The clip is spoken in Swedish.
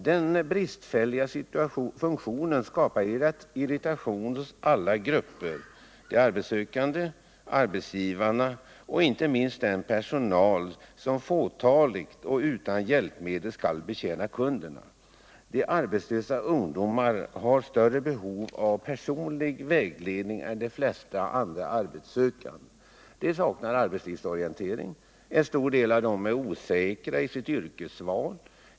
Den bristfälliga funktionen skapar irritation i alla grupper: bland de arbetssökande, arbetsgivarna och inte minst inom den personal som fåtalig och utan hjälpmedel skall betjäna kunderna. De arbetslösa ungdomarna har större behov av personlig vägledning än de flesta arbetssökande. De saknar arbetslivserfarenhet, och en del av dem är osäkra i sitt yrkesval.